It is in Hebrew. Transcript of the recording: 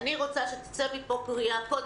אני רוצה שתצא מפה קריאה,